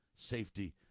Safety